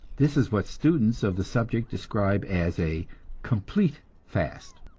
this is what students of the subject describe as a complete fast,